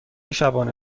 شبانه